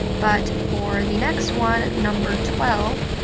but for the next one, number twelve,